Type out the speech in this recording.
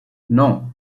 non